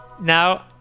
now